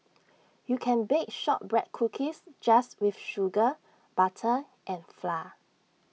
you can bake Shortbread Cookies just with sugar butter and flour